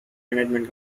management